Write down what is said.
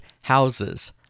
houses